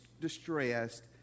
distressed